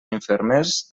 infermers